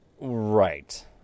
Right